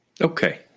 Okay